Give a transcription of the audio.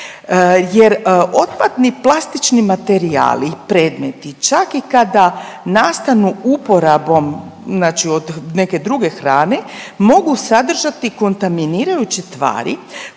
jer otpadni plastični materijali i predmeti, čak i kada nastanu uporabom znači od neke druge hrane, mogu sadržati kontaminirajuće tvari